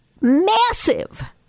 massive